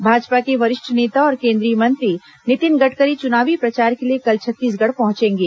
भाजपा के वरिष्ठ नेता और केंद्रीय मंत्री नितिन गडकरी चुनावी प्रचार के लिए कल छत्तीसगढ़ पहुंचेंगे